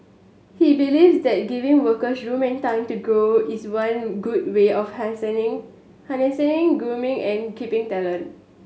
he believes that giving workers room and time to grow is one good way of harnessing grooming and keeping talent